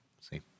See